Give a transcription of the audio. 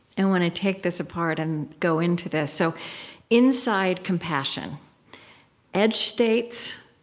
and want to take this apart and go into this. so inside compassion edge states,